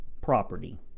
property